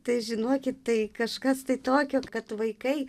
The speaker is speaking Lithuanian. tai žinokit tai kažkas tai tokio kad vaikai